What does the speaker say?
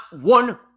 one